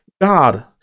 God